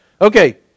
Okay